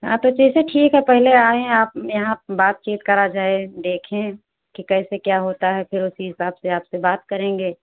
हाँ तो जैसे ठीक है पहले आए आप यहाँ बात चीत करा जाए देखे कि कैसे क्या होता है फिर उसी हिसाब से आपसे बात करेंगे